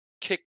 kick